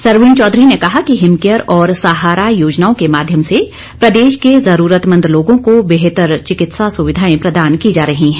सरवीण चौधरी ने कहा कि हिमकेयर और सहारा योजनाओं के माध्यम से प्रदेश के जरूरतमंद लोगों को बेहतर चिकित्सा सुविधायें प्रदान की जा रही हैं